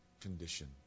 condition